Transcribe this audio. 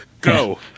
go